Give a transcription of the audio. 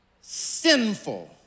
sinful